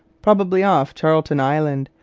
probably off charlton island,